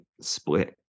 split